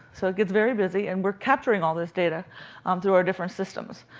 so it gets very busy, and we're capturing all this data um through our different systems.